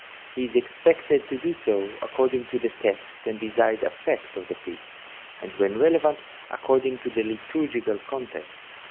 he is expected to do so according to the text and desired affect of the piece and when relevant according to the liturgical context.